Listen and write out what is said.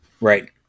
Right